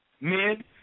Men